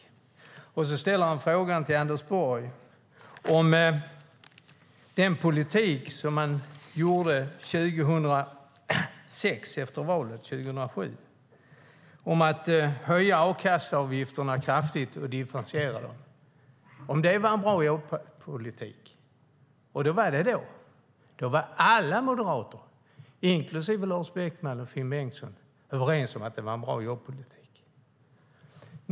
Peter Persson ställer en fråga till Anders Borg om den politik som han bedrev efter valet 2006 om att höja a-kasseavgifterna kraftigt och differentiera dem. Var det en bra jobbpolitik? Det var det då. Då var alla moderater, inklusive Lars Beckman och Finn Bengtsson, överens om att det var en bra jobbpolitik.